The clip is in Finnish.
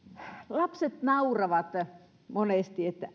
lapset nauravat monesti että